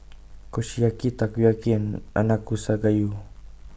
Kushiyaki Takoyaki and Nanakusa Gayu